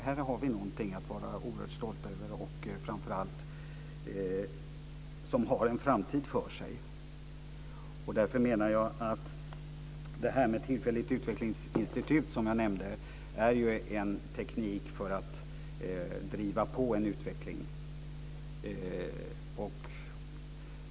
Här har vi någonting att vara oerhört stolta över och någonting som framför allt också har en framtid för sig. Därför menar jag att det tillfälliga utvecklingsinstitut som jag nämnde är en teknik för att driva på en utveckling.